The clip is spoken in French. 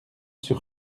sur